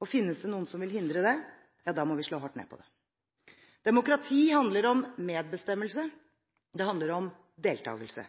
og finnes det noen som vil hindre det, ja, da må vi slå hardt ned på det. Demokrati handler om medbestemmelse, det handler om deltakelse.